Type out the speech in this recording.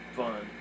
fun